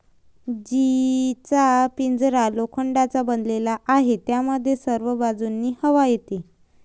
जीचा पिंजरा लोखंडाचा बनलेला आहे, ज्यामध्ये सर्व बाजूंनी हवा येते